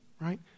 right